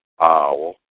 owl